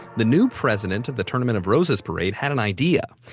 the new president of the tournament of roses parade had an idea.